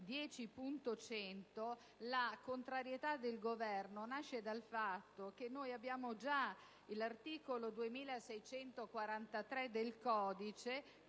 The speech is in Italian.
Grazie